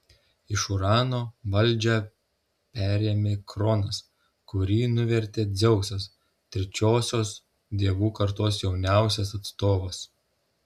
iš urano valdžią perėmė kronas kurį nuvertė dzeusas trečiosios dievų kartos jauniausias atstovas